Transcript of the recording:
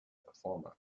performer